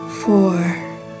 four